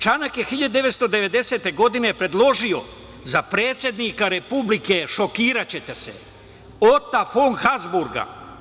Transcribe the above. Čanak je 1990. godine predložio za predsednika republike, šokiraće te se, Ota Fon Habzburga.